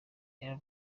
rero